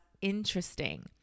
interesting